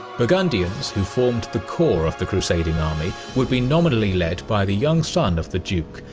burgundians who formed the core of the crusading army would be nominally led by the young son of the duke,